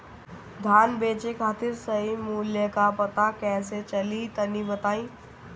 धान बेचे खातिर सही मूल्य का पता कैसे चली तनी बताई?